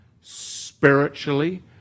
spiritually